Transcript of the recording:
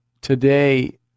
Today